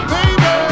Baby